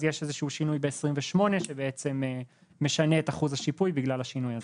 אז יש איזשהו שינוי ב-2028 שבעצם משנה את אחוז השיפוי בגלל השינוי הזה.